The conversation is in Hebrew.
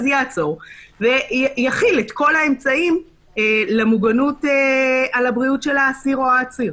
אז יעצור ויחיל את כל האמצעים למוגנות על הבריאות של האסיר או העציר.